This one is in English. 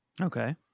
Okay